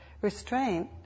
Restraint